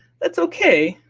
that's okay,